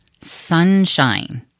sunshine